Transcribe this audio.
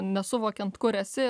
nesuvokiant kur esi